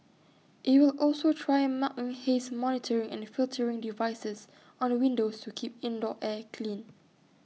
IT will also try mounting haze monitoring and filtering devices on the windows to keep indoor air clean